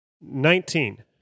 Nineteen